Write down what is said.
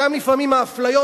שם לפעמים האפליות,